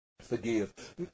forgive